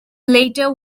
later